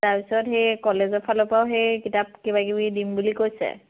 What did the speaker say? তাৰপিছত সেই কলেজৰ ফালৰ পৰাও সেই কিতাপ কিবা কিবি দিম বুলি কৈছে